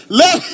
let